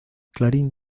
clarín